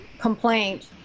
complaint